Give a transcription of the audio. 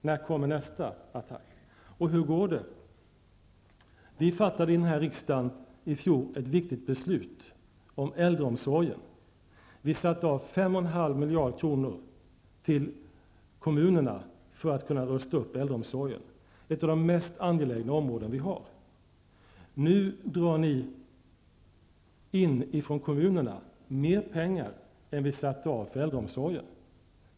När kommer nästa attack, och hur går det då? Vi fattade i denna riksdag i fjol ett viktigt beslut om äldreomsorgen. Vi satte av 5,5 miljarder kronor till kommunerna för att de skulle kunna rusta upp äldreomsorgen, ett av de mest angelägna områden som finns. Nu drar regeringen in mer pengar från kommunerna än vi satte av för äldreomsorgen.